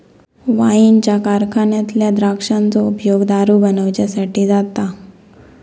वाईनच्या कारखान्यातल्या द्राक्षांचो उपयोग दारू बनवच्यासाठी जाता